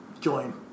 join